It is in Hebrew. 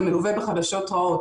זה מלווה בחדשות רעות.